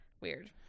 Weird